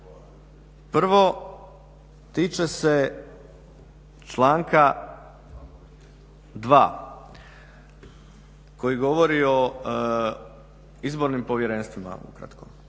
Prvo tiče se članka 2. koji govori o izbornim povjerenstvima ukratko.